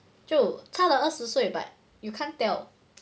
就差了二十岁 but you can't tell